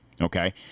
okay